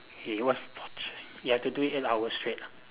eh what's torturing you have to do it eight hours straight ah